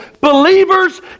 believers